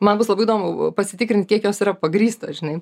man bus labai įdomu pasitikrint kiek jos yra pagrįstos žinai